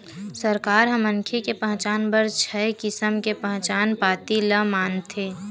सरकार ह मनखे के पहचान बर छय किसम के पहचान पाती ल मानथे